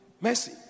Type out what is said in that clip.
Mercy